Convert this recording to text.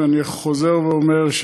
ואני חוזר ואומר,